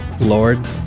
Lord